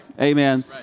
amen